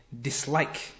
dislike